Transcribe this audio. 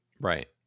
Right